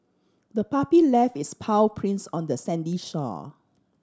the puppy left its paw prints on the sandy shore